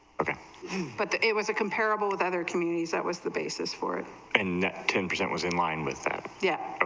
of yeah but the body was a comparably with other communities that was the basis for it and that ten percent was in line with that yeah ah